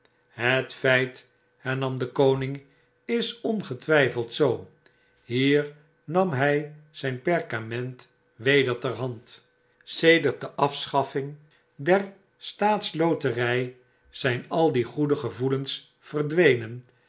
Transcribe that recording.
het feit hernam de koning is ongetwyfeld zoo hier nam hy zyn perkament weder ter hand sedert de afschaffing der staats lotery zijn al die goede gevoelens verdwenen